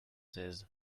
seize